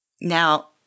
Now